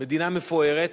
מדינה מפוארת.